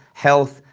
health,